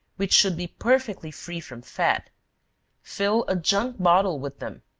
which should be perfectly free from fat fill a junk bottle with them,